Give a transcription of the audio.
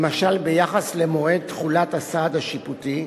למשל ביחס למועד תחולת הסעד השיפוטי,